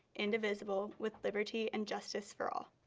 indivisible, with liberty and justice for all.